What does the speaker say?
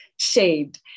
shade